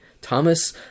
Thomas